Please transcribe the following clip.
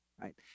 right